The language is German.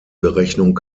berechnung